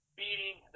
beating